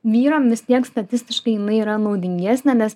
vyram vis tiek statistiškai jinai yra naudingesnė nes